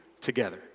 together